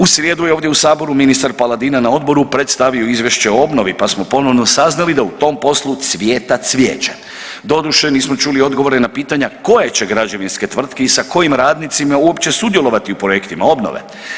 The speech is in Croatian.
U srijedu je ovdje u saboru ministar Paladina na odboru predstavio izvješće o obnovi, pa smo ponovno saznali da u tom poslu cvjeta cvijeće, doduše nismo čuli odgovore na pitanja koje će građevinske tvrtke i sa kojim radnicima uopće sudjelovati u projektima obnove.